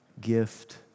gift